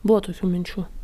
buvo tokių minčių